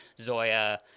Zoya